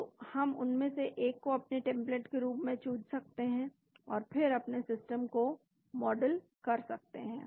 तो हम उनमें से एक को अपने टेम्पलेट के रूप में चुन सकते हैं और फिर अपने सिस्टम को मॉडल कर सकते हैं